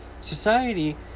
Society